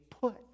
put